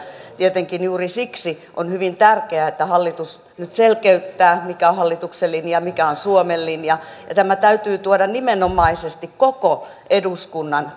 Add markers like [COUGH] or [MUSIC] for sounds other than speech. tietenkin juuri siksi on hyvin tärkeää että hallitus nyt selkeyttää mikä on hallituksen linja mikä on suomen linja ja tämä täytyy tuoda nimenomaisesti koko eduskunnan [UNINTELLIGIBLE]